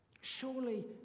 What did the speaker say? surely